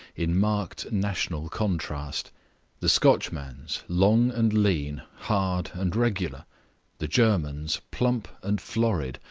in marked national contrast the scotchman's, long and lean, hard and regular the german's, plump and florid,